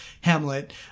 Hamlet